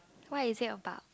what is it about